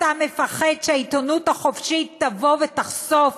אתה מפחד שהעיתונות החופשית תבוא ותחשוף